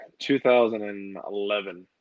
2011